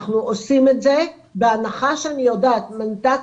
אנחנו עושים את זה בהנחה שאני יודעת מתי,